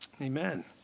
Amen